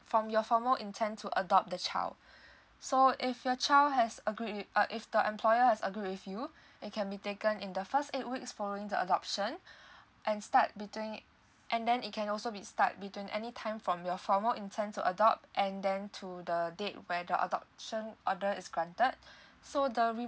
from your formal intent to adopt the child so if your child has agreed uh if the employer has agreed with you it can be taken in the first eight weeks following the adoption and start between and then it can also be start between any time from your formal intent to adopt and then to the date where the adoption order is granted so the